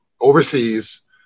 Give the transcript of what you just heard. overseas